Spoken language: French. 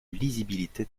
lisibilité